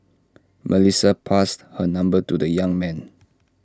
Melissa passed her number to the young man